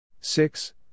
six